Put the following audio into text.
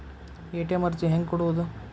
ATM ಅರ್ಜಿ ಹೆಂಗೆ ಕೊಡುವುದು?